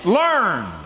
learn